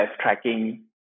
tracking